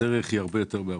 הדרך מאוד ארוכה.